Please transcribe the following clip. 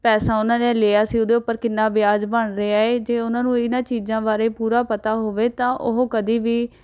ਪੈਸਾ ਉਹਨਾਂ ਨੇ ਲਿਆ ਸੀ ਉਹਦੇ ਉੱਪਰ ਕਿੰਨਾ ਵਿਆਜ ਬਣ ਰਿਹਾ ਹੈ ਜੇ ਉਹਨਾਂ ਨੂੰ ਇਹਨਾਂ ਚੀਜ਼ਾਂ ਬਾਰੇ ਪੂਰਾ ਪਤਾ ਹੋਵੇ ਤਾਂ ਉਹ ਕਦੇ ਵੀ